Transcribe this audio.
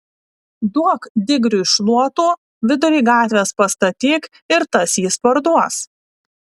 duok digriui šluotų vidury gatvės pastatyk ir tas jis parduos